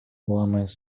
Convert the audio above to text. вами